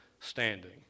standing